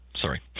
Sorry